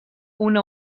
una